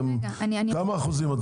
כמה אחוזים?